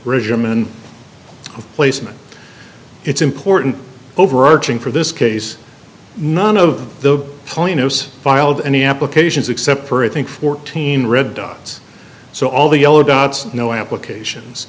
regime and placement it's important overarching for this case none of the plaintiffs filed any applications except for i think fourteen red dots so all the yellow dots no applications